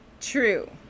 True